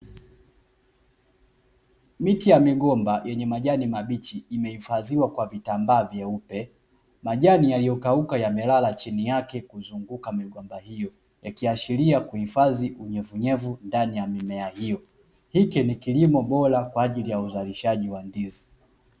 Miti ya migomba yenye majani mabichi imehifadhiwa kwa vitambaa vyeupe. Majani yaliyokauka yamelala chini yake kuzunguka migomba hiyo, ikiaashiria kuhifadhi unyevunyevu ndani ya mimea hiyo. Hiki ni kilimo bora kwa ajili ya uzalishaji wa ndizi.